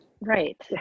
right